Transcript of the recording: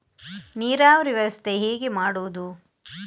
ನೀರಾವರಿ ವ್ಯವಸ್ಥೆ ಹೇಗೆ ಮಾಡುವುದು?